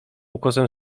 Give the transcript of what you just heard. ukosem